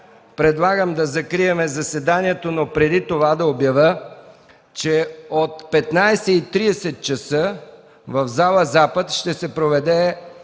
Предлагам да закрием заседанието, но преди това да обявя, че от 15,30 ч. в зала „Запад” ще се проведе